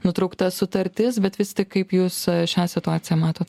nutraukta sutartis bet vis tik kaip jūs šią situaciją matot